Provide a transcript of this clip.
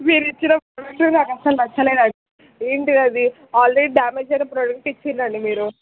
మీరు ఇచ్చిన ప్రాడక్ట్ నాకు అసలు నచ్చలేదు అండి ఏంటి అది ఆల్రెడీ డ్యామేజ్ అయిన ప్రాడక్ట్ ఇచ్చిర్రు అండి మీరు